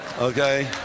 okay